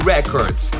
Records